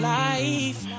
life